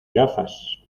gafas